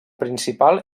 principal